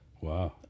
Wow